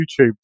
YouTube